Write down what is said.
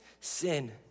sin